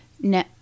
No